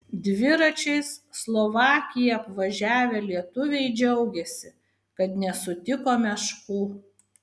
dviračiais slovakiją apvažiavę lietuviai džiaugiasi kad nesutiko meškų